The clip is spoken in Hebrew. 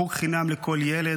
חוג חינם לכל ילד.